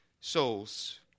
souls